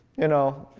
you know,